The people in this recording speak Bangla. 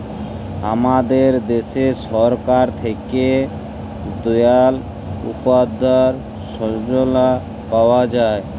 আমাদের দ্যাশে সরকার থ্যাকে দয়াল উপাদ্ধায় যজলা পাওয়া যায়